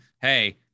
hey